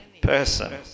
person